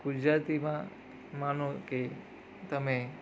ગુજરાતીમાં માનો કે તમે